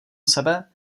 sebe